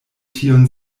tion